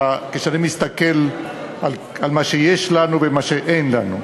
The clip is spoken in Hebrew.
כשאני מסתכל על מה שיש לנו ומה שאין לנו.